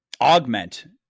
augment